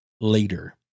later